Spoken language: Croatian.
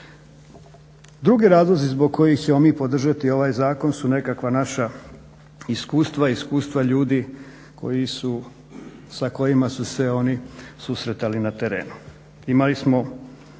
Drugi razlozi zbog kojih ćemo mi podržati ovaj zakon su nekakva naša iskustva i iskustva ljudi koji su, sa kojima su se oni susretali na terenu.